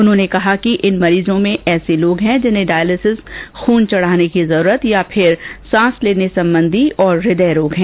उन्होंने कहा कि इन मरीजों में ऐसे लोग है जिन्हें डायलिसिस खून चढाने की जरूरत है या फिर जिन्हें सांस लेने संबंधी और हृदय रोग है